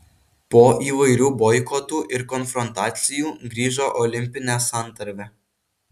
po įvairių boikotų ir konfrontacijų grįžo olimpinė santarvė